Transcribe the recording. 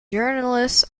journalists